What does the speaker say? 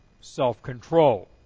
self-control